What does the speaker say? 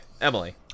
Emily